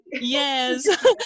Yes